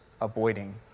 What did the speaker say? avoiding